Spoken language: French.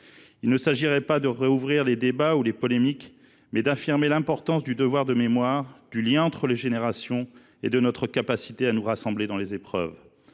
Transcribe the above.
Il s’agirait non de rouvrir les débats ou les polémiques, mais d’affirmer l’importance du devoir de mémoire, du lien entre les générations et de notre capacité à nous rassembler dans les épreuves.